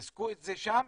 ריסקו את זה שם,